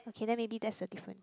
okay then maybe that's the difference